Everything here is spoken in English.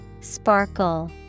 Sparkle